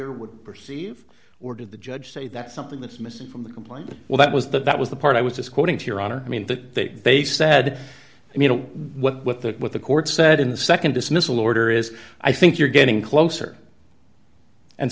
or would perceive or did the judge say that's something that's missing from the complaint well that was the that was the part i was just quoting to your honor i mean that they said you know what the what the court said in the nd dismissal order is i think you're getting closer and